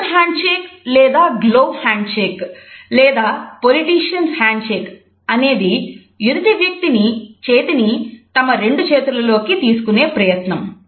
double handshake అనేది ఎదుటి వ్యక్తి చేతిని తమ రెండు చేతులలోకి తీసుకునే ప్రయత్నం